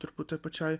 truputį pačioj